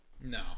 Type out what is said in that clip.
No